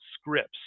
scripts